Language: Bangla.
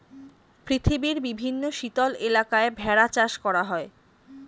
পৃথিবীর বিভিন্ন শীতল এলাকায় ভেড়া চাষ করা হয়